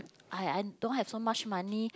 I I don't have so much money